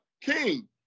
King